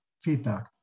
feedback